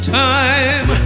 time